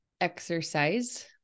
exercise